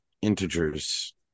integers